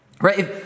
right